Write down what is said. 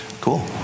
Cool